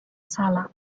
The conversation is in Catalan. sala